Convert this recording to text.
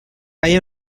hay